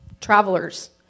travelers